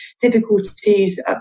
difficulties